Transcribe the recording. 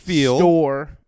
store-